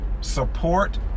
support